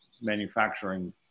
manufacturing